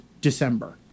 December